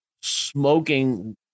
Smoking